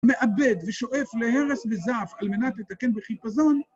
מאבד ושואף להרס בזעף על מנת לתקן בחיפזון